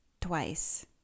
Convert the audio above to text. twice